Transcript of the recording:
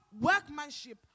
workmanship